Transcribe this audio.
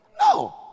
No